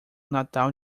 natal